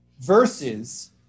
versus